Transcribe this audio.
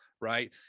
right